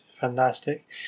fantastic